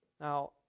Now